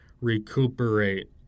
recuperate